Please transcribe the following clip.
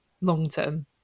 long-term